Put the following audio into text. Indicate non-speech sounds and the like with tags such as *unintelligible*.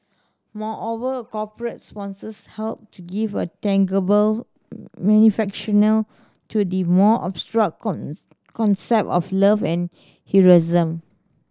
moreover corporate sponsors help give a tangible *unintelligible* to the more abstract *unintelligible* concept of love and heroism